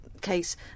case